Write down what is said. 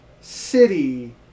city